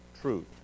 truth